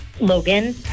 Logan